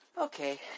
Okay